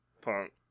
punk